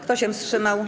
Kto się wstrzymał?